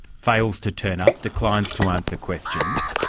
fails to turn up, declines to answer questions,